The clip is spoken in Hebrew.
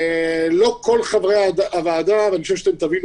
לא כל חברי הוועדה אני חושב שתבינו